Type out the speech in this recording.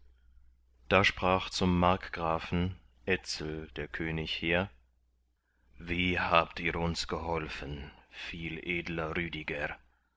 da sprach zum markgrafen etzel der könig hehr wie habt ihr uns geholfen viel edler rüdiger